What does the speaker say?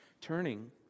turning